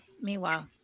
Meanwhile